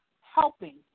helping